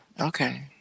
Okay